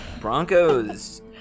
Bronco's